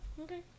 okay